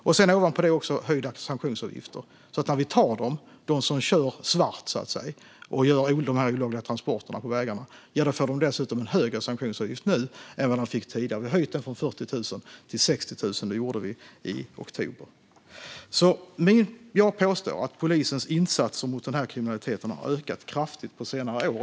Ovanpå det har vi också höjda sanktionsavgifter. När vi tar dem som kör svart och gör de här olagliga transporterna på vägarna får de alltså dessutom en högre sanktionsavgift nu än vad de fick tidigare. Vi höjde avgiften från 40 000 till 60 000 i oktober. Jag påstår att polisens insatser mot den här kriminaliteten har ökat kraftigt på senare år.